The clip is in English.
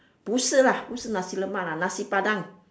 不是啦不是 nasi-lemak lah nasi-padang